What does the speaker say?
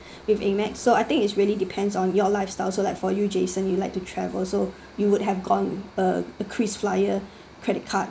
with amex so I think it's really depends on your lifestyle so like for you jason you like to travel so you would have gotten uh a krisflyer credit card